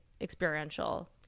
experiential